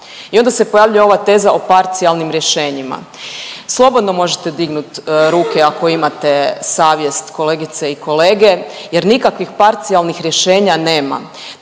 i onda se pojavljuje ova teza o parcijalnim rješenjima. Slobodno možete dignut ruke ako imate savjest kolegice i kolege jer nikakvih parcijalnih rješenja nema,